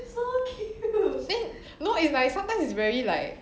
then no it's like sometimes it's very like